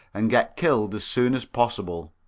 and get killed as soon as possible.